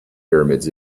pyramids